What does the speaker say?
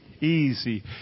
easy